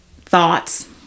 thoughts